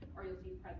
or you'll see